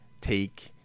take